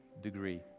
degree